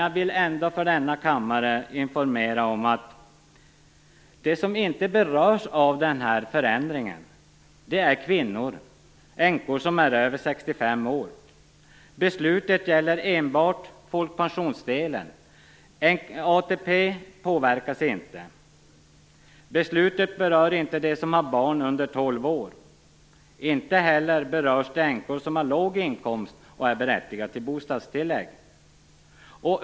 Jag vill för denna kammare informera om att de som inte berörs av förändringen till att börja med är änkor över 65 år. Beslutet gäller enbart folkpensionsdelen. ATP påverkas inte. Det berör inte de som har barn under 12 år. Inte heller berörs de änkor som har låg inkomst och är berättigade till bostadstillägg.